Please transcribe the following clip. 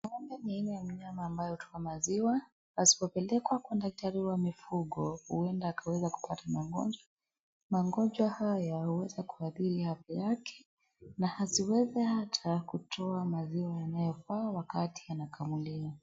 Ng'ombe ni aina ya mnyama hutoa maziwa. Asipopelekwa kwa daktari wa mifugo huenda akapata magonjwa. Magonjwa haya hueza kuadhiri afya yake na asiweze hata kutoa maziwa yanayofaa wakati anakamuliwa.